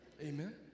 Amen